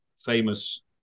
Famous